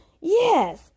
yes